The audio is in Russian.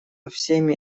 всеми